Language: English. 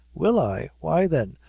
will i? why, then,